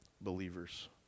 believers